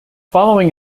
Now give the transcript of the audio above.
following